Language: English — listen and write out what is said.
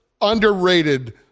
underrated